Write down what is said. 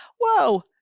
whoa